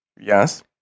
Yes